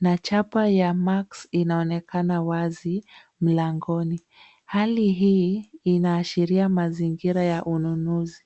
na chapa ya max inaonekana wazi mlangoni. Hali hii inaashiria mazingira ya ununuzi.